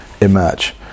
emerge